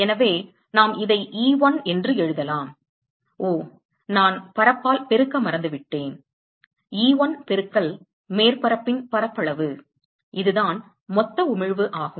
எனவே நாம் இதை E1 என்று எழுதலாம் ஓ நான் பரப்பால் பெருக்க மறந்துவிட்டேன் E1 பெருக்கல் மேற்பரப்பின் பரப்பளவு இதுதான் மொத்த உமிழ்வு ஆகும்